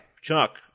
Chuck